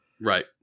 Right